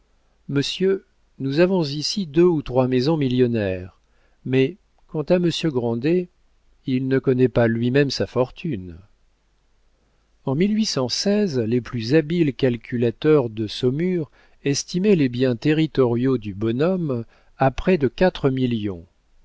monsieur nous avons ici deux ou trois maisons millionnaires mais quant à monsieur grandet il ne connaît pas lui-même sa fortune en les plus habiles calculateurs de saumur estimaient les biens territoriaux du bonhomme à près de quatre millions